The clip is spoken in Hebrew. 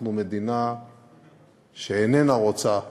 אנחנו מדינה שאיננה רוצה להפלות,